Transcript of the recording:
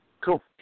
Cool